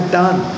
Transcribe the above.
done